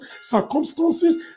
circumstances